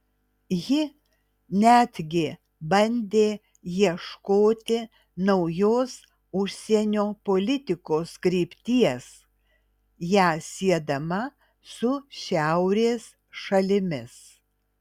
ji netgi bandė ieškoti naujos užsienio politikos krypties ją siedama su šiaurės šalimis